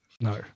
No